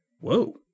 Whoa